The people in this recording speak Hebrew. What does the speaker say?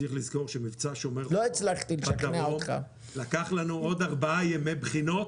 צריך לזכור שמבצע שומר החומות לקח לנו עוד ארבעה ימי בחינות,